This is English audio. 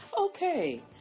Okay